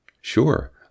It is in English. Sure